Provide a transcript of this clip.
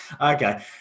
Okay